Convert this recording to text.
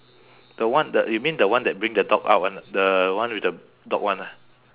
the one the you mean the one that bring the dog out [one] the one with the dog [one] ah